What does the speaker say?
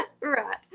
Right